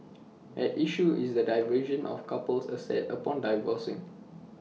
at issue is the division of couple's assets upon divorcing